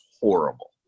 horrible